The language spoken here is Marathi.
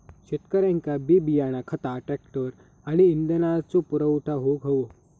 शेतकऱ्यांका बी बियाणा खता ट्रॅक्टर आणि इंधनाचो पुरवठा होऊक हवो